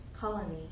colony